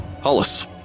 Hollis